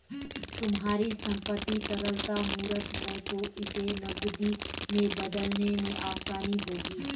तुम्हारी संपत्ति तरलता मूर्त है तो इसे नकदी में बदलने में आसानी होगी